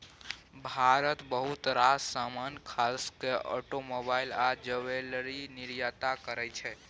भारत बहुत रास समान खास केँ आटोमोबाइल आ ज्वैलरी निर्यात करय छै